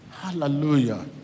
Hallelujah